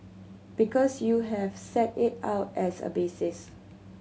because you have set it out as a basis